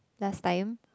last time